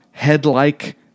head-like